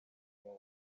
w’u